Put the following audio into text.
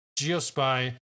GeoSpy